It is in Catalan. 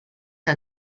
que